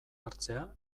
hartzea